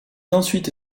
ensuite